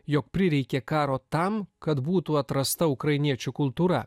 jog prireikė karo tam kad būtų atrasta ukrainiečių kultūra